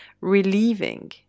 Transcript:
relieving